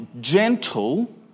gentle